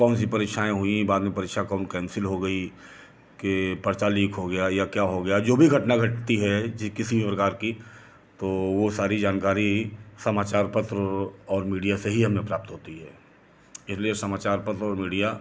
कौन सी परीक्षाएं हुई बाद में परीक्षा कौन केंसिल हो गई के पर्चा लीक हो गया या क्या हो गया जो भी घटना घटती है जे किसी प्रकार की तो वो सारी जानकारी समाचार पत्र और मीडिया से ही हमें प्राप्त होती है इसलिए समाचार पत्र और मीडिया